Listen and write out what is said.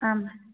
आम्